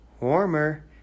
Warmer